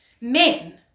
men